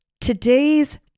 today's